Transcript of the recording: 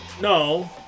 no